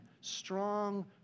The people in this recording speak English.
strong